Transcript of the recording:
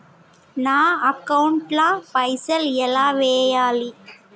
నా అకౌంట్ ల పైసల్ ఎలా వేయాలి?